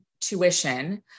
tuition